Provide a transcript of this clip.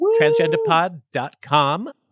transgenderpod.com